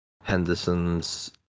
Henderson's